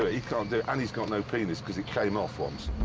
ah it. he can't do it. and he's got no penis cause it came off once.